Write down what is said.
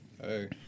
Hey